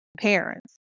parents